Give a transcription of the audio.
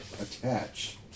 Attach